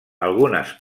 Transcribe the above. algunes